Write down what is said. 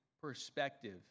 perspective